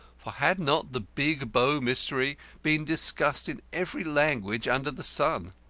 for had not the big bow mystery been discussed in every language under the sun?